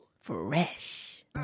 Fresh